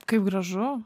kaip gražu